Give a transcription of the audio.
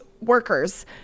Workers